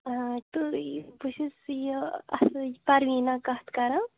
اۭں تہٕ یہِ بہٕ چھَس یہِ پرویٖنہ کَتھ کَران